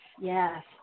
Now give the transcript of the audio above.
yes